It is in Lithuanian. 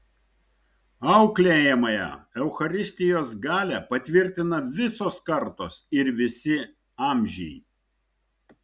auklėjamąją eucharistijos galią patvirtina visos kartos ir visi amžiai